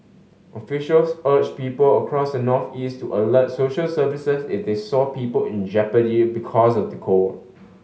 officials urged people across the northeast to alert social services if they saw people in jeopardy because of the cold